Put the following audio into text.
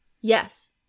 yes